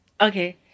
Okay